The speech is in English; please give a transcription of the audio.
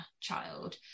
child